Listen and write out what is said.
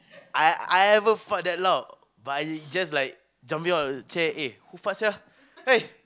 I I ever fart that loud but I just like jumping on the chair eh who fart sia !hey!